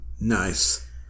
Nice